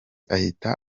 ahita